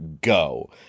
go